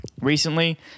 recently